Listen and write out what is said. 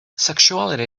sexuality